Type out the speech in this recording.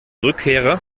rückkehrer